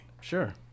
Sure